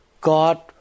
God